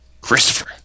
Christopher